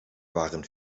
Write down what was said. waren